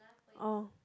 oh